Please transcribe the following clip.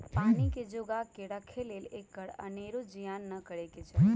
पानी के जोगा कऽ राखे लेल एकर अनेरो जियान न करे चाहि